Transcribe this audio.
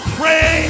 pray